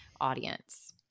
audience